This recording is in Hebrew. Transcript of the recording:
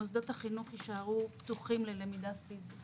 מוסדות החינוך יישארו פתוחים ללמידה פיסית,